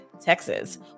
Texas